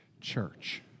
church